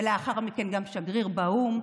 ולאחר מכן גם שגריר באו"ם,